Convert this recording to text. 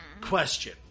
Question